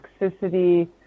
toxicity